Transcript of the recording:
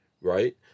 Right